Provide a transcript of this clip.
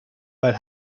but